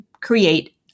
create